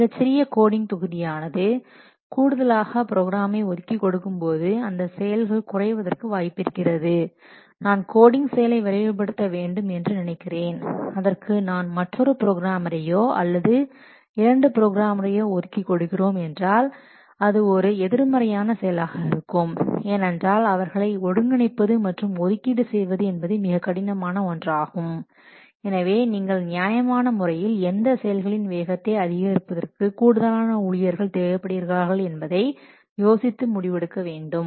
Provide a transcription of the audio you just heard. மிகச்சிறிய கோடிங் தொகுதியானது கூடுதலாக ப்ரோக்ராமரை ஒதுக்கி கொடுக்கும்போது அந்த செயல் குறைவதற்கு வாய்ப்பிருக்கிறது நான் கோடிங் செயலை விரைவுபடுத்த வேண்டும் என்று நினைக்கிறேன் அதற்கு நான் மற்றொரு ப்ரோக்ராமரையோ அல்லது 2 ப்ரோக்ராமரையோ ஒதுக்கி கொடுக்கிறோம் என்றால் அது ஒரு எதிர்மறையான செயலாக இருக்கும் ஏனென்றால் அவர்களை ஒருங்கிணைப்பது மற்றும் ஒதுக்கீடு செய்வது என்பது மிகக் கடினமான ஒன்றாகும் எனவே நீங்கள் நியாயமான முறையில் எந்த செயல்களின் வேகத்தை அதிகரிப்பதற்கு கூடுதலான ஊழியர்கள் தேவைப்படுகிறார்கள் என்பதை யோசித்து முடிவெடுக்க வேண்டும்